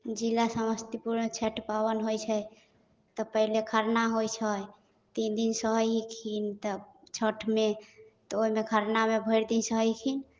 जिला समस्तीपुरमे छठि पाबनि होइ छै तऽ पहिले खरना होइ छै तीन दिन सहैखिन तब छठिमे तऽ ओहिमे खरनामे भरि दिन सहैखिन